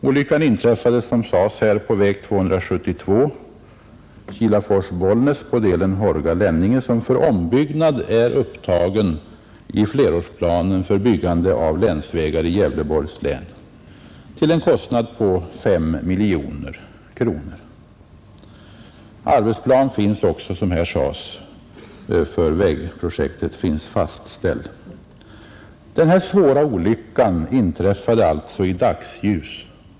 Olyckan inträffade, som det sades här, på väg 272 Kilafors-Bollnäs på delen Hårga-Lenninge som för ombyggnad är upptagen i flerårsplanen för byggande av länsvägar i Gävleborgs län till en kostnad av 5 miljoner kronor. Arbetsplan för vägprojektet finns också fastställd. Denna svåra olycka inträffade i dagsljus.